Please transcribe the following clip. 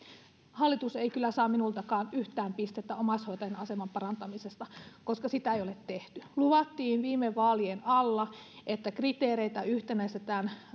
hallitus ei kyllä saa minultakaan yhtään pistettä omaishoitajien aseman parantamisesta koska sitä ei ole tehty luvattiin viime vaalien alla että kriteereitä yhtenäistetään